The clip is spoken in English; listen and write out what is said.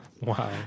Wow